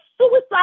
suicide